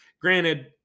Granted